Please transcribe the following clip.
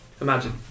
Imagine